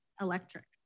electric